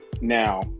now